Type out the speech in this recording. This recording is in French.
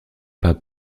pas